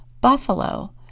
Buffalo